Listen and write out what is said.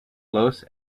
los